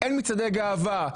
אין מצעדי גאווה,